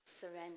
surrender